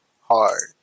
hard